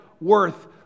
worth